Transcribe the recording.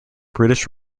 british